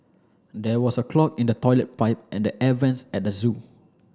there was a clog in the toilet pipe and the air vents at the zoo